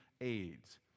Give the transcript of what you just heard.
aids